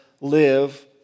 live